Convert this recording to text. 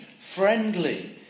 friendly